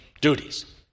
duties